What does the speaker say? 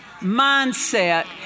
mindset